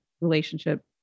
relationship